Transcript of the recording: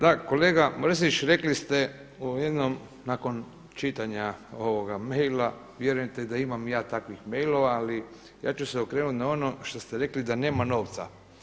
Da, kolega Mrsić rekli ste u jednom, nakon čitanja ovoga maila, vjerujte da imam i ja takvih mailova ali ja ću se okrenuti na ono što ste rekli da nema novca.